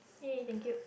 !yay! thank you